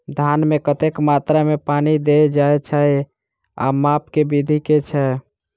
धान मे कतेक मात्रा मे पानि देल जाएँ छैय आ माप केँ विधि केँ छैय?